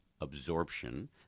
absorption